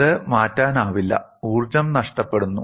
അത് മാറ്റാനാവില്ല ഊർജ്ജം നഷ്ടപ്പെടുന്നു